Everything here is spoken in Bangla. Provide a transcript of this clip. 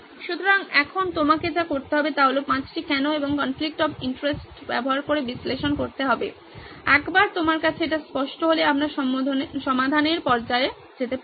সুতরাং এখন আপনাকে যা করতে হবে তা হল পাঁচটি কেনো এবং কনফ্লিকট অফ ইন্টারেস্ট ব্যবহার করে বিশ্লেষণ করতে হবে একবার আপনার কাছে এটি স্পষ্ট হলে আমরা সমাধানের পর্যায়ে যেতে পারি